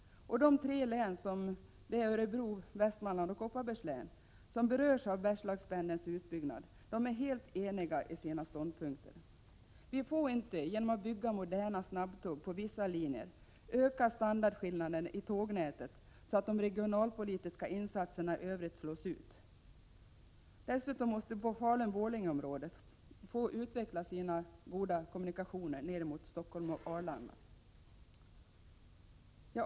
De tre län — Örebro, Västmanlands och Kopparbergs län — som berörs av Bergslagspendelns utbyggnad är eniga i sina ståndpunkter. Vi får inte genom att bygga moderna snabbtåg på vissa linjer öka standardskillnaden i tågnätet så att de regionalpolitiska insatserna i övrigt slås ut. Borlänge —Falun-området måste dessutom få utveckla goda kommunikationer ner mot Stockholm och Arlanda.